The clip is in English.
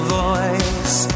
voice